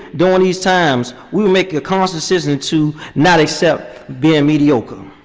during these times, we'll make a conscious decision to not accept being mediocre.